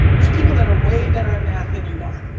there's people that are way better at math than you are